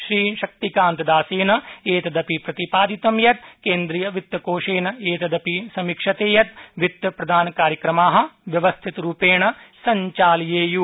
श्री शक्तितकांतदासेन एतदपि प्रतिपादितं यत् केन्द्रीयवित्तकोषेन एतदपि समीक्ष्यते यत् वित्तप्रदानकार्यक्रमा व्यवस्थितरूपेण संचालयेयु